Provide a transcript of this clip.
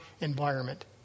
environment